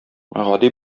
гади